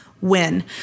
win